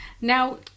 Now